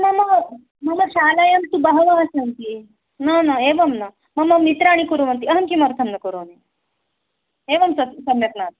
मम मम शालायां तु बहवः सन्ति न न एवं न मम मित्राणि कुर्वन्ति अहं किमर्थं न करोमि एवं सत् सम्यक् नास्ति